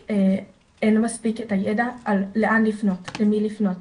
אין מספיק את הידע על לאן לפנות למי לפנות,